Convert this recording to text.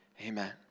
Amen